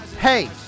hey